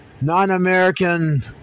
non-American